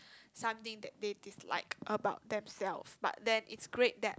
something that they dislike about themselves but it's great that